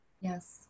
Yes